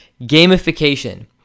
Gamification